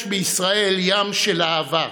יש בישראל ים של אהבה,